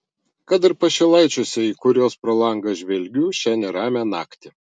kad ir pašilaičiuose į kuriuos pro langą žvelgiu šią neramią naktį